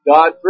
God